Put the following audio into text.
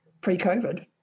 pre-COVID